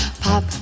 pop